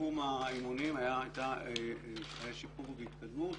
בתחום האימונים חל שיפור וחלה התקדמות.